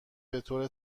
بطور